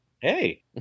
Hey